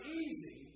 easy